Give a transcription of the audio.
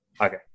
okay